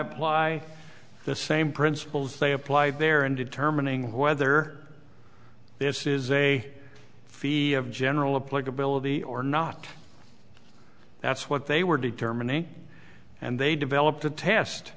apply the same principles they apply there in determining whether this is a fee of general a pledge ability or not that's what they were determining and they developed a test